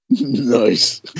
Nice